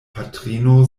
patrino